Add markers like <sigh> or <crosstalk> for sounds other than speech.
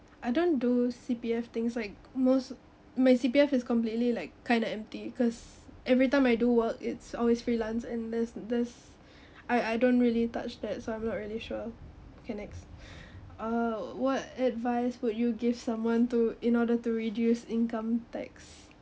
I don't do C_P_F things like most my C_P_F is completely like kind of empty cause every time I do work it's always freelance and there's there's I I don't really touch that so I'm not really sure okay next <breath> uh what advice would you give someone to in order to reduce income tax